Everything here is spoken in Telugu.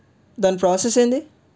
దాని ప్రోసెస్ ఏంటి